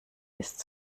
ist